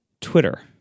Twitter